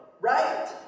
right